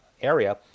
area